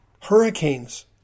Hurricanes